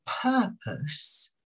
purpose